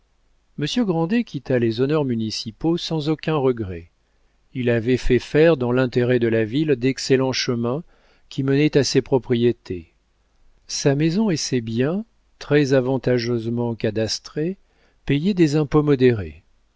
monsieur grandet quitta les honneurs municipaux sans aucun regret il avait fait faire dans l'intérêt de la ville d'excellents chemins qui menaient à ses propriétés sa maison et ses biens très avantageusement cadastrés payaient des impôts modérés